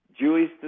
Jewish